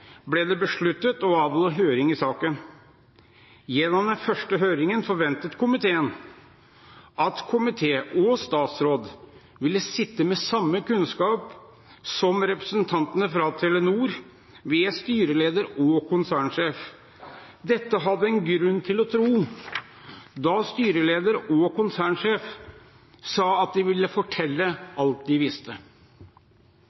ble det besluttet å avholde høring i saken. Gjennom den første høringen forventet komiteen at komité og statsråd ville sitte med samme kunnskap som representantene fra Telenor ved styreleder og konsernsjef. Dette hadde en grunn til å tro, da styrelederen og konsernsjefen sa at de ville fortelle